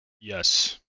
Yes